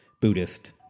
Buddhist